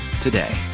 today